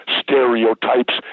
stereotypes